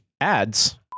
Ads